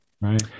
Right